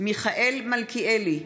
מיכאל מלכיאלי,